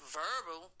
verbal